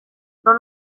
non